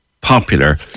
popular